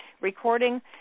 recording